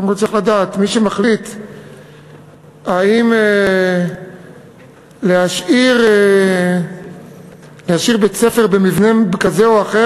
קודם כול צריך לדעת: מי שמחליט האם להשאיר בית-ספר במבנה כזה או אחר,